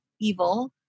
evil